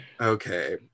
Okay